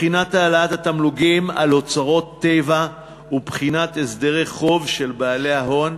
בחינת העלאת התמלוגים על אוצרות טבע ובחינת הסדרי חוב של בעלי ההון.